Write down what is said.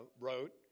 wrote